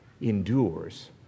endures